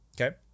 Okay